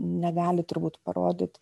negali turbūt parodyt